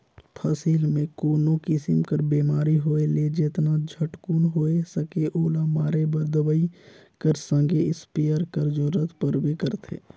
फसिल मे कोनो किसिम कर बेमारी होए ले जेतना झटकुन होए सके ओला मारे बर दवई कर संघे इस्पेयर कर जरूरत परबे करथे